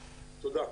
תודה.